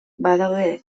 badaude